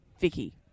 Vicky